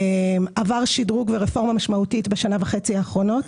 זה עבר שדרוג ורפורמה משמעותית בשנה וחצי האחרונות.